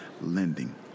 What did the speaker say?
lending